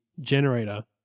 generator